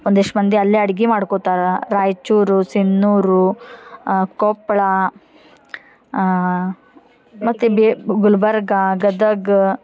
ಒಂದಿಷ್ಟು ಮಂದಿ ಅಲ್ಲೆ ಅಡ್ಗಿ ಮಾಡ್ಕೊತಾರ ರಾಯ್ಚೂರು ಸಿನ್ನೂರು ಕೊಪ್ಪಳ ಮತ್ತು ಬೇ ಗುಲ್ಬರ್ಗ ಗದಗ